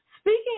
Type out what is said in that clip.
Speaking